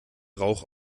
rauch